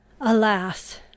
Alas